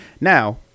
Now